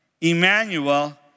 Emmanuel